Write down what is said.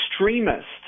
extremists